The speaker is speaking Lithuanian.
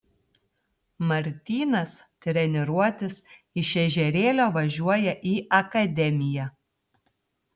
martynas treniruotis iš ežerėlio važiuoja į akademiją